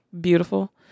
beautiful